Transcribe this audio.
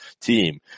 team